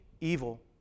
evil